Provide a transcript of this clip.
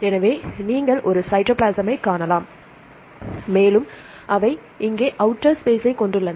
எனவே நீங்கள் ஒரு சைட்டோபிளாமை க்காணலாம் மேலும் அவை இங்கே அவுட்டர்க் ஸ்பேஸ்ஸை கொண்டுள்ளன